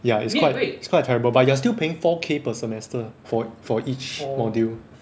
ya it's quite it's quite terrible but you are still paying four k per semester for for each module